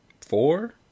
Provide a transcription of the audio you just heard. four